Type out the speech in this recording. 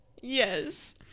Yes